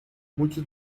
muchos